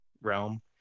realm